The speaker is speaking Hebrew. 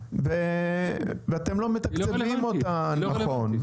גדולה ולא מתקצבים אותה נכון,